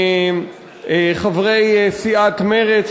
חברי סיעת מרצ,